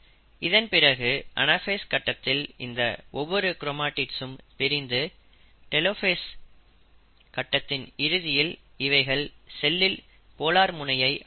இதன்பிறகு அனாஃபேஸ் கட்டத்தில் இந்த ஒவ்வொரு கிரோமடிட்ஸ்சும் பிரிந்து டெலோஃபேஸ் படத்தின் இறுதியில் இவைகள் செல்லில் போலார் முனையை அடைந்து இருக்கும்